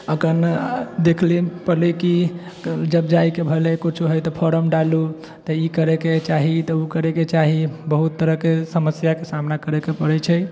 अखन देखलिन पहले कि जब जायके भेलै कुछो हइ तब फॉरम डालू तऽ इ करयके छै तऽ उ करयके छै बहुत तरहके समस्याके सामना करयके पड़ैत छै